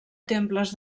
temples